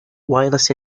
wireless